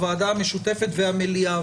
הוועדה המשותפת והמליאה,